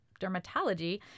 dermatology